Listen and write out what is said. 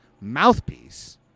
mouthpiece